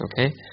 Okay